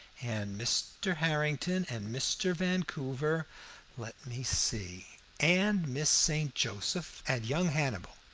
and mr. harrington, and mr. vancouver let me see and miss st. joseph, and young hannibal.